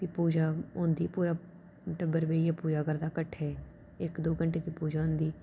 ते प्ही पूजा होंदी पूरा टब्बर बेहियै पूजा करदा किट्ठे इक दौं घंटे दी पूजा होंदी